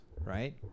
right